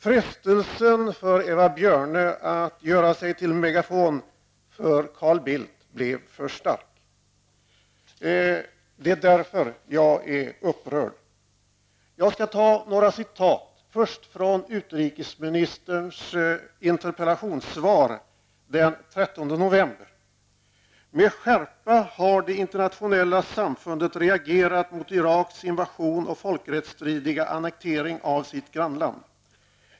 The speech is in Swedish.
Frestelsen för Eva Björne att göra sig till megafon för Carl Bildt blev för stark. Det är därför jag är upprörd. Låt mig först citera ur utrikesministerns frågesvar den 13 november. Så här säger han bl.a.: ''Med skärpa har det internationella samfundet reagerat mot Iraks invasion och folkrättsstridiga annektering av sitt grannland.